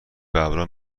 ببرا